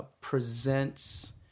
presents